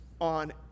on